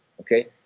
okay